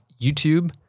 YouTube